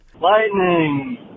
Lightning